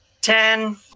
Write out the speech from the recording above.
Ten